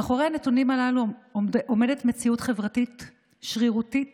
מאחורי הנתונים הללו עומדת מציאות חברתית שרירותית